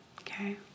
okay